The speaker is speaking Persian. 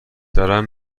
دارم